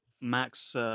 Max